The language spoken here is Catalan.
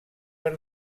per